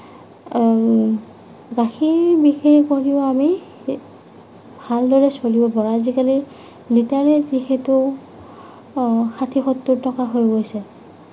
গাখীৰ বিক্ৰী কৰিও আমি ভালদৰে চলিব পাৰোঁ আজিকালি লিটাৰেই যিহেতু ষাঠি সত্তৰ টকা হৈ গৈছে